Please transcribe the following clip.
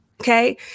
Okay